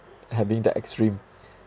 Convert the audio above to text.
having that extreme